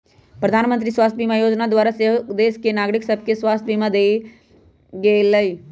प्रधानमंत्री स्वास्थ्य बीमा जोजना द्वारा सेहो देश के नागरिक सभके स्वास्थ्य बीमा देल गेलइ